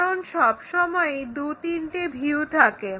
কারণ সবসময়ই দুই তিনটে ভিউ থাকে